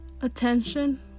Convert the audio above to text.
attention